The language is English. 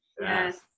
Yes